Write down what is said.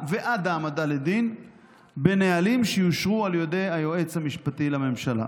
ועד העמדה לדין בנהלים שיאושרו על ידי היועץ המשפטי לממשלה